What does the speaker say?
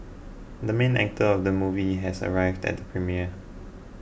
the main actor of the movie has arrived at the premiere